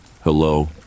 Hello